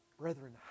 Brethren